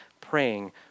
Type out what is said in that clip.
praying